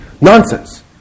Nonsense